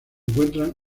encuentran